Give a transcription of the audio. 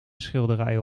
schilderijen